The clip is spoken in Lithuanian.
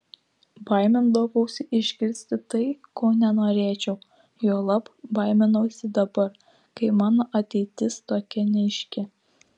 baimindavausi išgirsti tai ko nenorėčiau juolab baiminausi dabar kai mano ateitis tokia neaiški